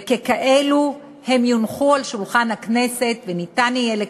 וככאלו הם יונחו על שולחן הכנסת ויהיה אפשר